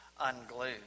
unglued